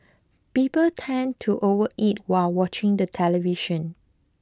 people tend to overeat while watching the television